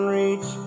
reach